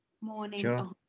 Morning